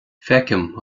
feicim